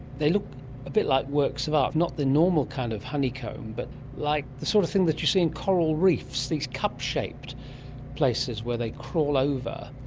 they look a bit like works of art, not the normal kind of honeycomb but like the sort of things that you see in coral reefs, these cup-shaped places where they crawl over.